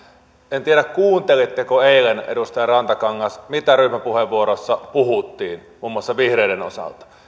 en tiedä kuuntelitteko eilen edustaja rantakangas mitä ryhmäpuheenvuoroissa puhuttiin muun muassa vihreiden osalta